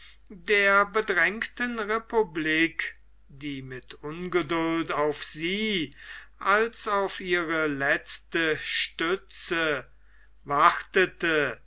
der bedrängten republik die mit ungeduld auf sie als auf ihre letzte stütze wartete